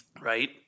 Right